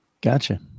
Gotcha